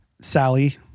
Sally